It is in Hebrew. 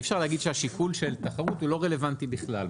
אי אפשר להגיד שהשיקול של התחרות הוא לא רלוונטי בכלל.